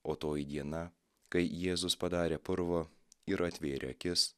o toji diena kai jėzus padarė purvo ir atvėrė akis